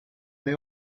they